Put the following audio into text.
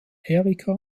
erika